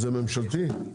זה ממשלתי?